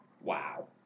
Wow